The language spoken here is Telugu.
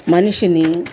మనిషిని